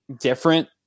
different